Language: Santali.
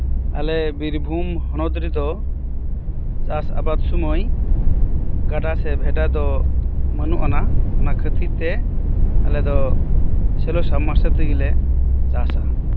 ᱟᱞᱮ ᱵᱤᱨᱵᱷᱩᱢ ᱦᱚᱱᱚᱛ ᱨᱮᱫᱚ ᱪᱟᱥ ᱟᱵᱟᱫ ᱥᱚᱢᱚᱭ ᱜᱟᱰᱟ ᱥᱮ ᱵᱷᱮᱰᱟ ᱫᱚ ᱢᱟᱹᱱᱩᱜ ᱟᱱᱟ ᱚᱱᱟ ᱠᱷᱟᱹᱛᱤᱨ ᱛᱮ ᱟᱞᱮᱫᱚ ᱥᱮᱞᱚ ᱥᱟᱵᱢᱟᱨᱥᱟᱞ ᱛᱮᱜᱮ ᱞᱮ ᱪᱟᱥᱟ